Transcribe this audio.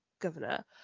governor